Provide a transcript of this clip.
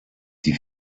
die